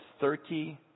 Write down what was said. thirty